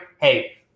hey